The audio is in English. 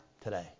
today